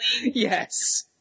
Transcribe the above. Yes